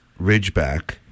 Ridgeback